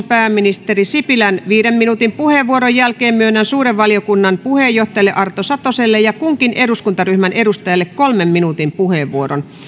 pääministeri juha sipilän viiden minuutin puheenvuoron jälkeen myönnän suuren valiokunnan puheenjohtajalle arto satoselle ja kunkin eduskuntaryhmän edustajalle kolmen minuutin puheenvuoron